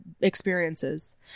experiences